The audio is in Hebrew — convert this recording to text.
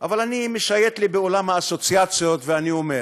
אבל אני משייט לי בעולם האסוציאציות ואני אומר: